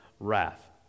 wrath